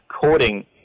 coding